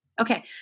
Okay